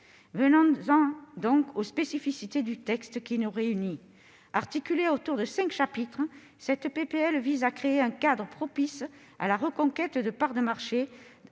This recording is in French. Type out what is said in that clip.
Venons-en aux spécificités du texte qui nous réunit. Articulée autour de cinq chapitres, cette proposition de loi vise à créer « un cadre propice à la reconquête de parts de marché